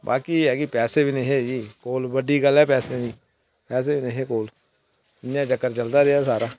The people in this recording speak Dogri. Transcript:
बाकी एह् ऐ कि पैसे बी निं ऐहे बडी गल्ल पैसें दी पैसे गै निं हे कुल इ'यां गै चक्कर चलदा रेहा सारा